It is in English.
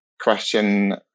question